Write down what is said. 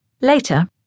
Later